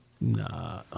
Nah